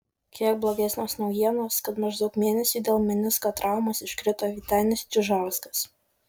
kiek blogesnės naujienos kad maždaug mėnesiui dėl menisko traumos iškrito vytenis čižauskas